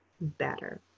better